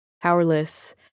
powerless